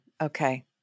Okay